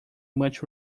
much